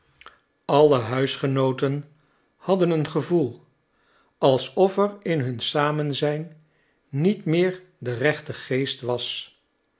alle huisgenooten hadden een gevoel alsof er in hun samenzijn niet meer de rechte geest was